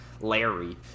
Larry